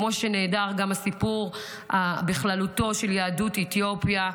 ונעדר גם הסיפור של יהדות אתיופיה בכללותו.